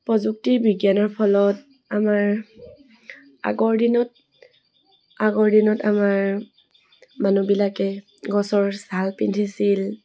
প্ৰযুক্তিৰ বিজ্ঞানৰ ফলত আমাৰ আগৰ দিনত আগৰ দিনত আমাৰ মানুহবিলাকে গছৰ চাল পিন্ধিছিল